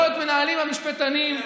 זאת הסיבה שאתם פשוט מיותרים.